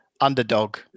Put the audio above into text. underdog